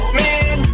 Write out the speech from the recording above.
man